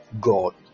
god